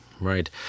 right